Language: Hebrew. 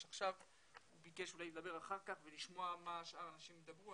עכשיו הוא ביקש אולי לדבר אחר כך ולשמוע מה שאר האנשים ידברו,